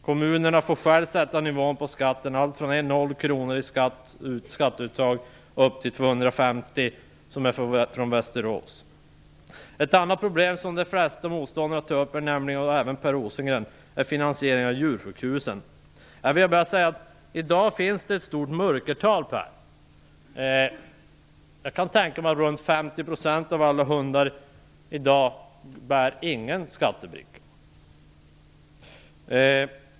Kommunerna får själva sätta nivån på skatten - allt från 0 kr i skatteuttag upp till 250 kr, som i Västerås. Ett annat problem som flertalet motståndare till ett slopande av hundskatten - även Per Rosengren - tar upp är finansieringen av djursjukhusen. I dag finns det ett stort mörkertal. Jag kan tänka mig att ungefär 50 % av alla hundar i dag inte bär skattebricka.